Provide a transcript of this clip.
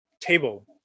table